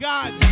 God